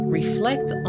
reflect